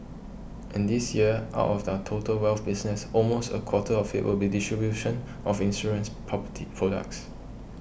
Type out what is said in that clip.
and this year out of our total wealth business almost a quarter of it will be distribution of insurance property products